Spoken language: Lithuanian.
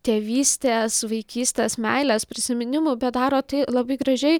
tėvystę su vaikystės meilės prisiminimų bet daro tai labai gražiai